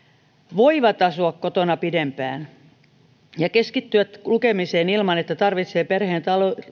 voivat asua kotona pidempään ja keskittyä lukemiseen ilman että tarvitsee perheen